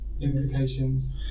implications